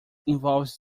involves